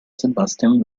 sebastian